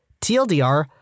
TLDR